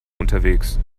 unterwegs